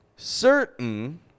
Certain